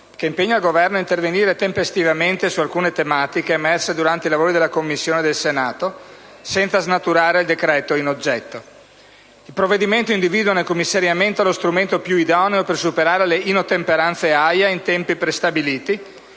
che impegna il Governo a intervenire tempestivamente su alcune tematiche emerse durante i lavori delle Commissioni in Senato, senza snaturare il decreto in oggetto. Il provvedimento individua nel commissariamento lo strumento più idoneo per superare le inottemperanze AIA in tempi prestabiliti